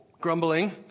grumbling